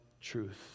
truth